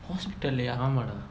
hospital லயா:layaa